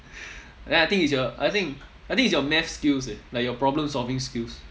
then I think it's your I think I think is your math skills eh like your problem solving skills